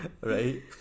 Right